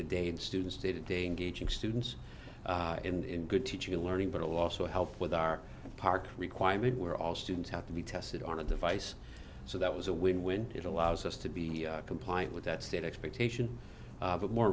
to day in students day to day in gauging students in good teaching learning but also help with our park requirement where all students have to be tested on a device so that was a win win it allows us to be compliant with that state expectation but more